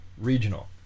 regional